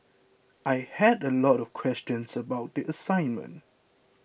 I had a lot of questions about the assignment